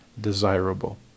desirable